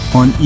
on